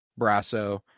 Brasso